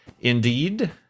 indeed